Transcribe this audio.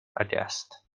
aghast